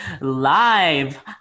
live